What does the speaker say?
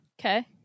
Okay